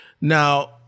Now